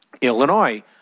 Illinois